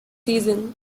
season